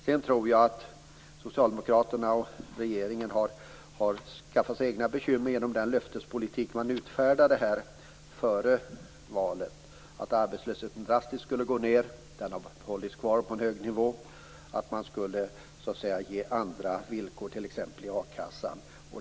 Jag tror att Socialdemokraterna och regeringen har skaffat sig egna bekymmer genom den löftespolitik som man utfärdade före valet - att arbetslösheten drastiskt skulle gå ned, men den har hållits kvar på en hög nivå, och att det skulle bli andra villkor t.ex. i akassan.